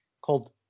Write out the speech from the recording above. called